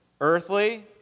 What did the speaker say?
earthly